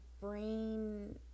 brain